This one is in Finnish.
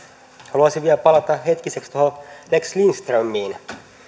haluaisin vielä palata hetkiseksi tuohon lex lindströmiin